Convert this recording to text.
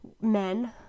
men